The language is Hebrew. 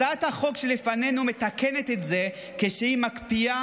הצעת החוק שלפנינו מתקנת את זה כשהיא מקפיאה